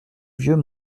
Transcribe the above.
vieux